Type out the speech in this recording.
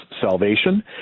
salvation